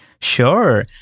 Sure